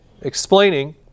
explaining